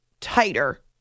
tighter